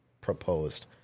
proposed